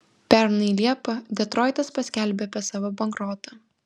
pernai liepą detroitas paskelbė apie savo bankrotą